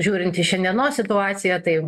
žiūrint į šiandienos situaciją tai